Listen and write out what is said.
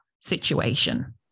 situation